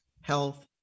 health